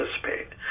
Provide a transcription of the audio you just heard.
participate